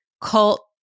cult